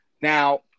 Now